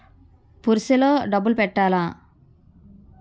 Purse లో డబ్బులు పెట్టలా?